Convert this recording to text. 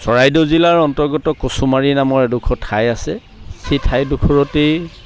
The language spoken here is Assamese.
চৰাইদেউ জিলাৰ অন্তৰ্গত কচুমাৰী নামৰ এডোখৰ ঠাই আছে সেই ঠাইডোখৰতেই